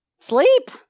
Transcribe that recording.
Sleep